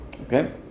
Okay